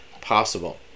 possible